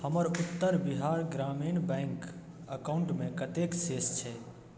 हमर उत्तर बिहार ग्रामीण बैंक अकाउंटमे कतेक शेष छै